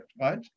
right